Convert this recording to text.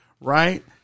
right